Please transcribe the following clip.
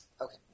Okay